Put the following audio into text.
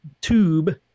tube